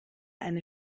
eine